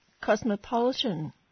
cosmopolitan